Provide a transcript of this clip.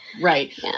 Right